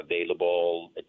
available